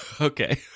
Okay